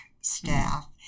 staff